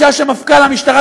בשעה שמפכ"ל המשטרה,